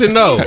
no